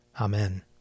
Amen